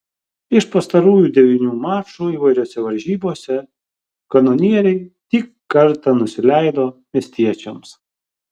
iš pastarųjų devynių mačų įvairiose varžybose kanonieriai tik kartą nusileido miestiečiams